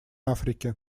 африки